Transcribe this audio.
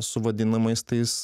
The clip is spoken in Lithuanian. su vadinamais tais